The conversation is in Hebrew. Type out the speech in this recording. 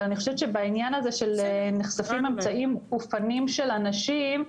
בעניין הזה של נחשפים אמצעים ופנים של אנשים,